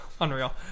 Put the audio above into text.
unreal